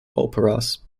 operas